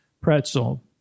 pretzel